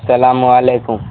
السلام علیکم